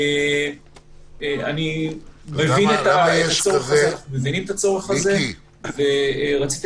אנחנו מבינים את הצורך הזה ורציתי